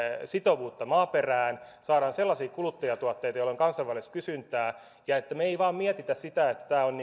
sitovuutta maaperään saada sellaisia kuluttajatuotteita joilla on kansainvälistä kysyntää ja että me emme vain mieti sitä että ilmastonsuojelu on